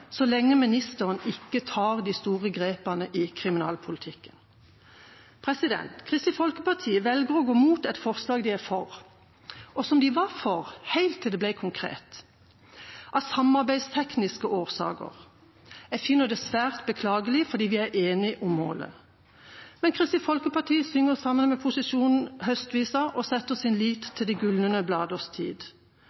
så lenge ministeren ikke tar de store grepene i kriminalpolitikken. Kristelig Folkeparti velger å gå mot et forslag de er for – og som de var for, helt til det ble konkret – av samarbeidstekniske årsaker. Jeg finner det svært beklagelig, for vi er enige om målet. Men Kristelig Folkeparti synger, sammen med posisjonen, høstvisa og setter sin lit